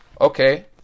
Okay